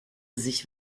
sich